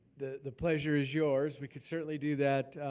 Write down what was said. the the pleasure is yours. we could certainly do that,